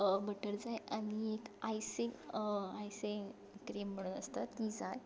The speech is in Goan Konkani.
बटर जाय आनी एक आयसींग आयसींग क्रीम म्हुणून आसता ती जाय